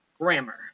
grammar